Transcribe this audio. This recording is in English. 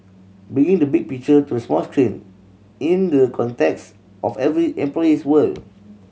bringing the big picture to small screen in the context of every employee's world